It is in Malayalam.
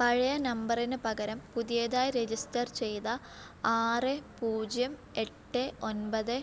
പഴയ നമ്പറിന് പകരം പുതിയതായി രജിസ്റ്റർ ചെയ്ത ആറ് പൂജ്യം എട്ട് ഒൻപത്